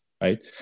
right